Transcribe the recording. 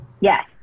Yes